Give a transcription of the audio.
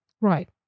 Right